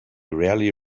rarely